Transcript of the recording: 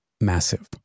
massive